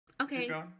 Okay